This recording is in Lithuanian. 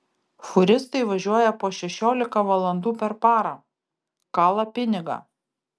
fūristai važiuoja po šešiolika valandų per parą kala pinigą